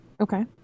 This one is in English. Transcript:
Okay